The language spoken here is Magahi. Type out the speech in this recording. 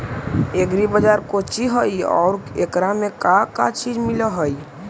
एग्री बाजार कोची हई और एकरा में का का चीज मिलै हई?